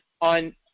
On